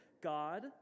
God